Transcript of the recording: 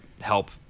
help